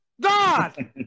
God